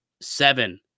seven